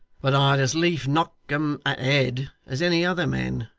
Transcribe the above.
but i'd as lief knock them at head as any other men.